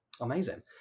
amazing